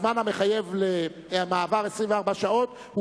הזמן המחייב למעבר 24 שעות,